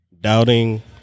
doubting